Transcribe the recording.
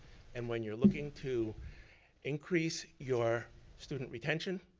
and when you're looking to increase your student retention.